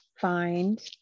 find